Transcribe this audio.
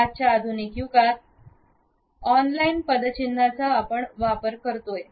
आजच्या आधुनिक जगात ऑनलाइन पदचिन्हांचा आपण वापर करतोय